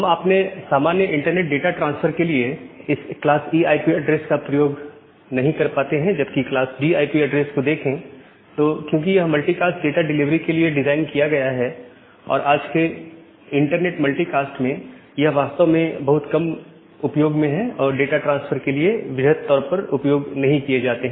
हम अपने सामान्य इंटरनेट डाटा ट्रांसफर के लिए इस क्लास E आईपी एड्रेस का उपयोग नहीं कर पाते हैं जबकि क्लास D आईपी ऐड्रेस को देखें तो क्योंकि यह मल्टीकास्ट डाटा डिलीवरी के लिए डिजाइन किया गया है और आज के इंटरनेट मल्टीकास्ट में यह वास्तव में बहुत कम उपयोग में है और डाटा ट्रांसफर के लिए वृहत तौर पर उपयोग नहीं किए जाते हैं